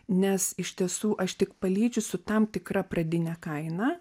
nes iš tiesų aš tik palydžiu su tam tikra pradine kaina